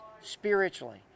spiritually